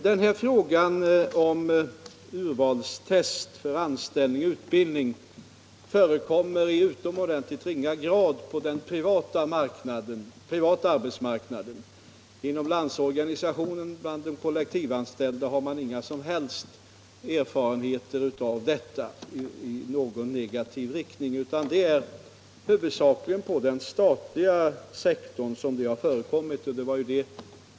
Herr talman! Urvalstester för anställning och utbildning förekommer i utomordentligt ringa grad på den privata arbetsmarknaden. Inom Landsorganisationen och bland de kollektivanställda finns inga som helst negativa erfarenheter av detta. Det är huvudsakligen på den statliga sektorn som dessa urvalstester har förekommit.